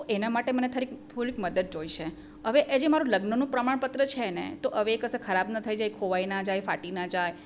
તો એના માટે મને તારી થોડીક મદદ જોઈશે હવે એ જે મારું લગ્નનું પ્રમાણપત્ર છે ને તો હવે એક કશેક ખરાબ ન થઈ જાય ખોવાઈ ન જાય ફાટી ના જાય